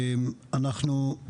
אנחנו,